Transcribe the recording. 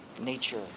nature